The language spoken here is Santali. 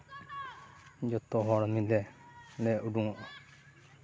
ᱡᱚᱛᱚ ᱦᱚᱲ ᱢᱤᱞᱮ ᱞᱮ ᱩᱰᱩᱠᱚᱜᱼᱟ